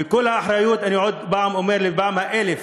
וכל האחריות, אני אומר בפעם האלף: